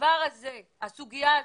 הסוגיה הזאת,